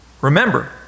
remember